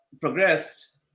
progressed